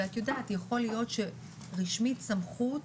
ואת יודעת יכול להיות שרשמית סמכות